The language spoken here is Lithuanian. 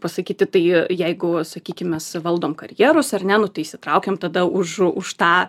pasakyti tai jeigu sakykim mes valdom karjerus ar ne nu tai įsitraukiam tada už už tą